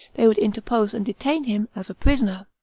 they would interpose and detain him as a prisoner.